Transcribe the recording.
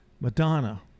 Madonna